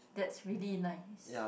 that's really nice